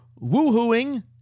woohooing